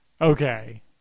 Okay